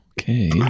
Okay